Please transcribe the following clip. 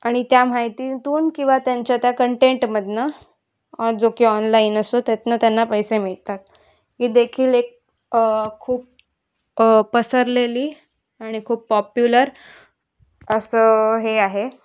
आणि त्या माहितीतून किंवा त्यांच्या त्या कंटेंटमधून जो की ऑनलाईन असतो त्यातून त्यांना पैसे मिळतात ही देखील एक खूप पसरलेली आणि खूप पॉप्युलर असं हे आहे